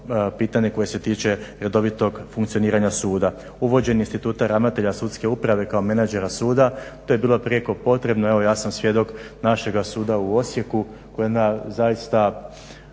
pitanje koje se tiče redovitog funkcioniranja suda. Uvođenje instituta ravnatelja sudske uprave kao menadžera suda to je bilo prijeko potrebno. Evo ja sam svjedok našega suda u Osijeku koje je jedna zaista